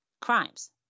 crimes